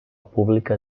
pública